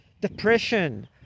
Depression